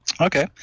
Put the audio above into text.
Okay